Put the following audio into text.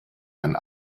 ein